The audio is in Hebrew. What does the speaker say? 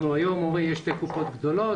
אנחנו היום אומרים שיש שתי קופות גדולות.